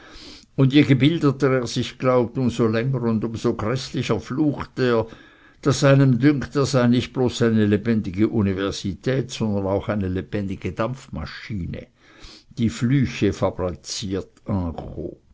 und je gebildeter er sich glaubt um so länger und um so gräßlicher flucht er daß einem dünkt er sei nicht bloß eine lebendige universität sondern auch eine lebendige dampfmaschine die flüche